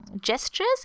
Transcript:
gestures